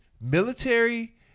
military